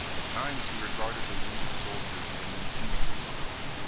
at times he regarded the wounded soldiers in an envious way.